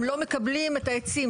הם לא מקבלים את העצים,